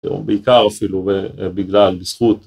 בעיקר אפילו בגלל זכות